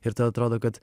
ir atrodo kad